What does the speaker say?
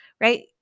right